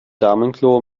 damenklo